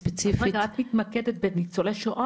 את מתמקדת בניצולי שואה,